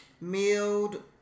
milled